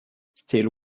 still